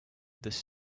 this